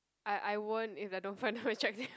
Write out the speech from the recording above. I I won't if I don't find them attractive